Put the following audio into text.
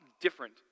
different